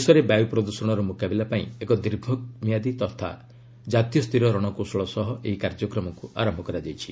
ଦେଶରେ ବାୟୁ ପ୍ରଦୃଷଣର ମୁକାବିଲା ପାଇଁ ଏକ ଦୀର୍ଘମିଆଦି ତଥା ଜାତୀୟସ୍ତରୀୟ ରଣକୌଶଳ ସହ ଏହି କାର୍ଯ୍ୟକ୍ରମକୁ ଆରମ୍ଭ କରାଯାଇଛି